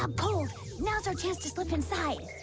um pull now's our chance to flip inside